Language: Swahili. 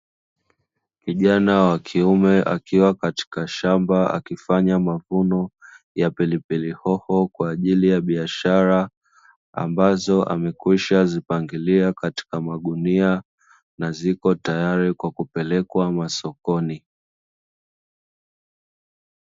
Kijana wa kiume akiwa katika shamba, akifanya mavuno ya pilipili hoho kwa ajili ya biashara, ambazo amekwisha zipangilia katika magunia na ziko tayari kwa kupelekwa masokoni.